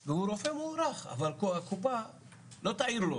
והוא רופא מוערך, אבל הקופה לא תעיר לו.